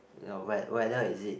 you know whe~ whether is it